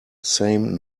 same